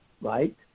right